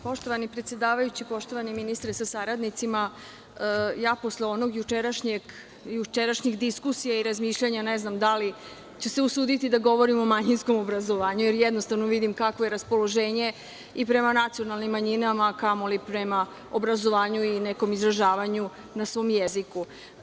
Poštovani predsedavajući, poštovani ministre sa saradnicima, posle jučerašnjih diskusija i razmišljanja ne znam da li ću se usuditi da govorim o manjinskom obrazovanju, jer jednostavno vidim kakvo je raspoloženje i prema nacionalnim manjinama, a kamoli prema obrazovanju i nekom izražavanju na svom jeziku.